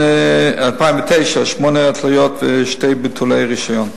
ב-2009, שמונה התליות ושני ביטולי רשיון.